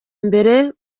mbere